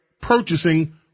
purchasing